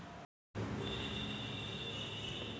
खात्यात लाभार्थी जोडासाठी कोंते कागद लागन?